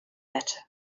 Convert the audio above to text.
better